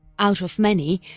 out of many,